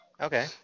Okay